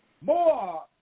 more